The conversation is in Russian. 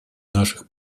наших